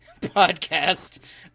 podcast